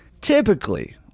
Typically